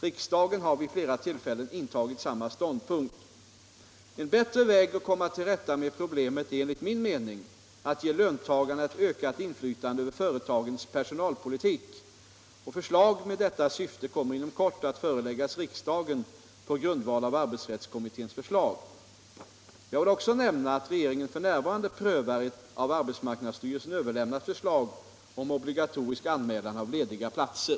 Riksdagen har vid flera tillfällen intagit samma ståndpunkt. En bättre väg att komma till rätta med problemet är enligt min mening att ge löntagarna ett ökat inflytande över företagens personalpolitik. Förslag med detta syfte kommer inom kort att föreläggas riksdagen på grundval av arbetsrättskommitténs förslag. Jag vill också nämna att regeringen f.n. prövar ett av arbetsmarknadsstyrelsen överlämnat förslag om obligatorisk anmälan av lediga platser.